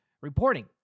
reporting